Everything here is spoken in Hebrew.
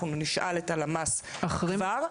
אנחנו נשאל את הלמ"ס כבר.